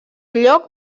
lloc